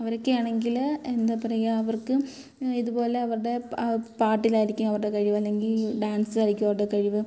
അവരൊക്കെയാണെങ്കിൽ എന്താണ് പറയുക അവർക്ക് ഇതുപോലെ അവരുടെ പാ പാട്ടിലായിരിക്കും അവരുടെ കഴിവ് അല്ലെങ്കിൽ ഡാൻസിലായിരിക്കും അവരുടെ കഴിവ്